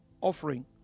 offering